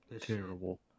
Terrible